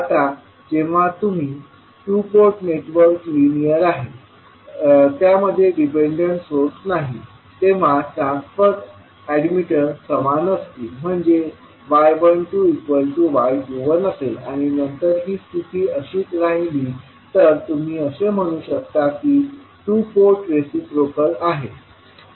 आता जेव्हा two port network linear आहे आणि त्यामध्ये डिपेंडंट सोर्स नाही तेव्हा ट्रान्सफर अॅडमिटन्स समान असतील म्हणजे y12y21असेल आणि नंतर ही स्थिती अशीच राहिली तर तुम्ही असे म्हणू शकता की टू पोर्ट रेसिप्रोकल आहे